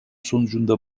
sonucunda